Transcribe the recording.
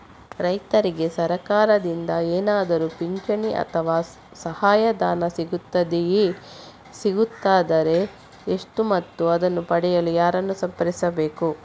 ರೈತರಿಗೆ ಸರಕಾರದಿಂದ ಏನಾದರೂ ಪಿಂಚಣಿ ಅಥವಾ ಸಹಾಯಧನ ಸಿಗುತ್ತದೆಯೇ, ಸಿಗುತ್ತದೆಯಾದರೆ ಎಷ್ಟು ಮತ್ತು ಅದನ್ನು ಪಡೆಯಲು ಯಾರನ್ನು ಸಂಪರ್ಕಿಸಬೇಕು?